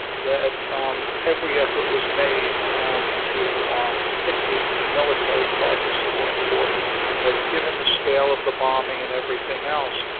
that every effort was made to hit the military targets that were important and that given the scale of the bombing and everything else,